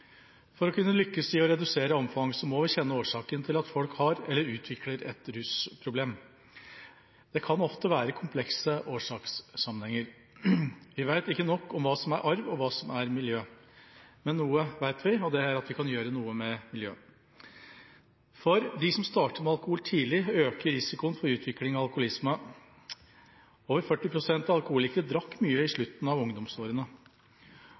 For å kunne lykkes i å redusere omfang må vi kjenne årsaken til at folk har eller utvikler et rusproblem. Det kan ofte være komplekse årsakssammenhenger. Vi vet ikke nok om hva som er arv, og hva som er miljø. Men noe vet vi – og det er at vi kan gjøre noe med miljø. For dem som starter med alkohol tidlig, øker risikoen for utvikling av alkoholisme. Over 40 pst. av alkoholikere drakk mye i slutten av ungdomsårene.